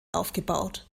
aufgebaut